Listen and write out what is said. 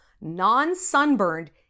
non-sunburned